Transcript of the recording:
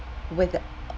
withou~